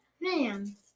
Man